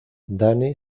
danny